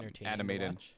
animated